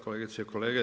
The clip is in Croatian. Kolegice i kolege.